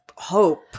hope